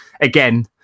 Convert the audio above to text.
again